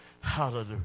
Hallelujah